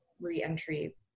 re-entry